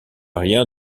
rien